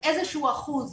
ואיזה שהוא אחוז